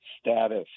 status